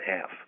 half